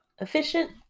efficient